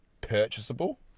purchasable